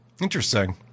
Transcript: Interesting